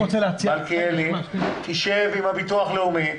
מלכיאלי, שב עם הביטוח הלאומי.